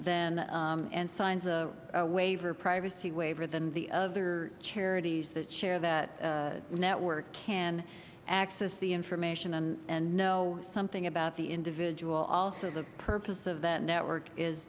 then and signs a waiver privacy waiver than the other charities that share that network can access the information and know something about the individual also the purpose of that network is